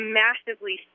massively